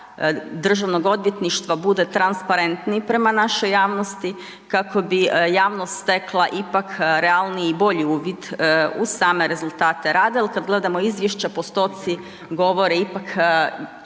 rad DORH-a bude transparentniji prema našoj javnosti, kako bi javnost stekla ipak realniji i bolji uvid u same rezultate rada jel kada gledamo izvješća postoci govore ipak